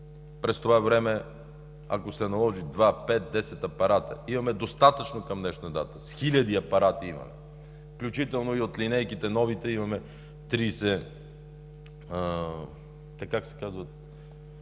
През това време, ако се наложи, два, пет, десет апарата, имаме достатъчно към днешна дата, с хиляди апарати имаме, включително и от новите линейки имаме 30. Те как се казват?